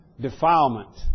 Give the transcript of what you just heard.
defilement